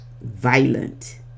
violent